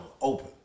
open